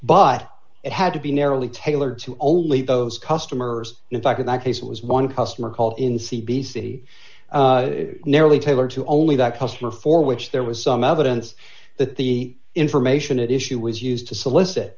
but it had to be narrowly tailored to only those customers in fact in that case it was one customer call in c b c narrowly tailored to only that customer for which there was some evidence that the information at issue was used to solicit